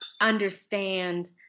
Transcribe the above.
understand